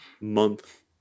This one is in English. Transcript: month